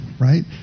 right